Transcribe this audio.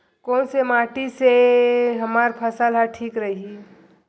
कोन से माटी से हमर फसल ह ठीक रही?